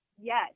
Yes